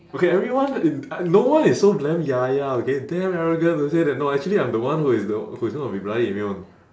okay everyone no one is so damn yaya okay damn arrogant to say that no actually I'm the one who is the who's gonna be bloody immune